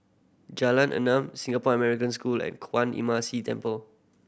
Jalan Enam Singapore American School and Kwan Imm See Temple